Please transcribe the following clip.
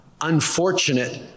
unfortunate